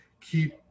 keep